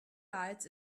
lights